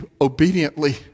obediently